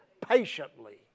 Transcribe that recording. patiently